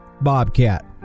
Bobcat